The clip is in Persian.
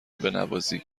بنوازی